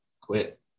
quit